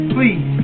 Please